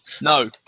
No